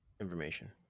information